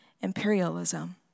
imperialism